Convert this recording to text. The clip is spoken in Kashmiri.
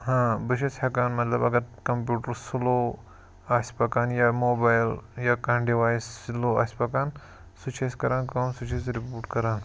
ہاں بہٕ چھُس ہیٚکان مطلب اگر کَمپیوٗٹَر سُلو آسہِ پَکان یا موبایِل یا کانٛہہ ڈِوایِس سُلو آسہِ پَکان سُہ چھِ أسۍ کَران کٲم سُہ چھِ أسۍ رِبوٗٹ کَران